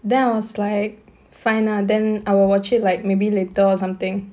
then I was like fine lah then I will watch it like maybe later or something